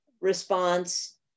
response